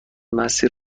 مسیر